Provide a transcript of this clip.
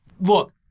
look